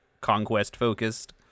Conquest-focused